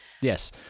Yes